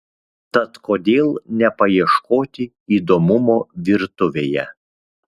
tad kodėl nepaieškoti įdomumo virtuvėje